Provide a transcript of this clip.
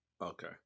Okay